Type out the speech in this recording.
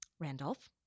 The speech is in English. Randolph